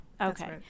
Okay